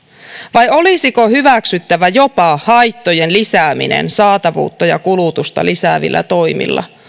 vai olisiko hyväksyttävä jopa haittojen lisääminen saatavuutta ja kulutusta lisäävillä toimilla